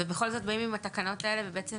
ובכל זאת באים עם התקנות האלה, ובעצם